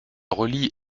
relie